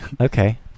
Okay